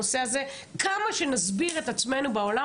כמה שנסביר את עצמנו בעולם,